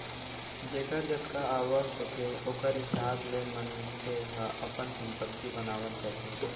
जेखर जतका आवक होथे ओखर हिसाब ले मनखे ह अपन संपत्ति बनावत जाथे